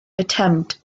attempt